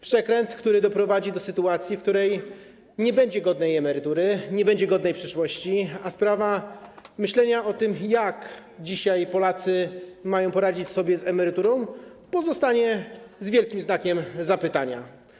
Przekręt, który doprowadzi do sytuacji, w której nie będzie godnej emerytury, nie będzie godnej przyszłości, a sprawa myślenia o tym, jak dzisiaj Polacy mają poradzić sobie z emeryturą, pozostanie z wielkim znakiem zapytania.